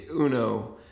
Uno